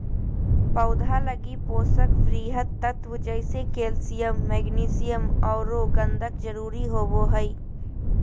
पौधा लगी पोषक वृहत तत्व जैसे कैल्सियम, मैग्नीशियम औरो गंधक जरुरी होबो हइ